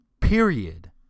Period